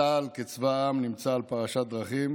צה"ל כצבא העם נמצא על פרשת דרכים,